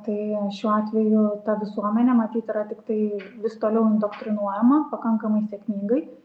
tai šiuo atveju ta visuomenė matyt yra tiktai vis toliau indoktrinuojama pakankamai sėkmingai